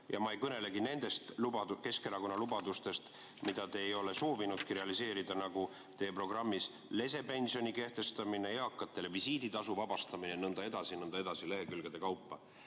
Ja ma ei kõnelegi nendest Keskerakonna lubadustest, mida te ei ole soovinudki realiseerida, nagu teie programmis lesepensioni kehtestamine, eakate vabastamine visiiditasust ja nõnda edasi ja nõnda edasi, lehekülgede kaupa.